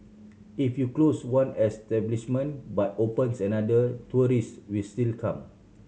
if you close one establishment but opens another tourist will still come